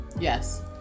Yes